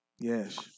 Yes